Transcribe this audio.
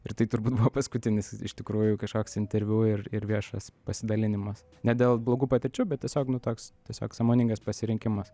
ir tai turbūt paskutinis iš tikrųjų kažkoks interviu ir ir viešas pasidalinimas ne dėl blogų patirčių bet tiesiog nu toks tiesiog sąmoningas pasirinkimas